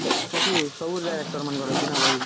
ସବୁ ସବୁ ରାଇଟର୍ ମାନ୍ଙ୍କର୍ ଅଛେନା ବହି